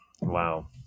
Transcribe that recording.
Wow